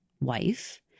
wife